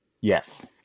Yes